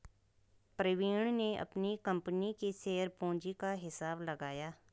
प्रवीण ने अपनी कंपनी की शेयर पूंजी का हिसाब लगाया